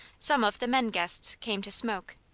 some of the men guests came to smoke.